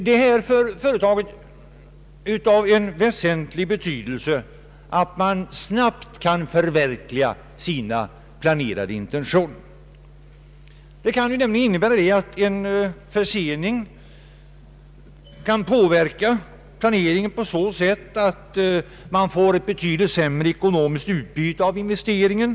Det är för ett sådant företag av väsentlig betydelse att det snabbt kan förverkliga sina intentioner. En försening kan nämligen drabba planeringen på så sätt att man får ett betydligt sämre ekonomiskt utbyte av inve steringen.